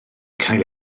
cael